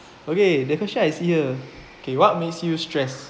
okay the question I see here okay what makes you stressed